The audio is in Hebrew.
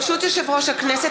ברשות יושב-ראש הכנסת,